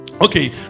Okay